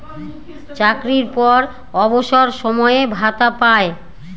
চাকরির পর অবসর সময়ে ভাতা পায়